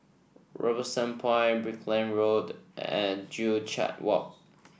Robinson Point Brickland Road and Joo Chiat Walk